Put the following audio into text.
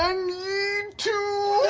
ah need to.